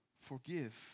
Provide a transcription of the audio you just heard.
forgive